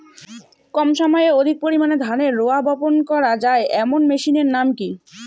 কম সময়ে অধিক পরিমাণে ধানের রোয়া বপন করা য়ায় এমন মেশিনের নাম কি?